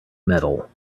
metal